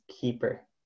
keeper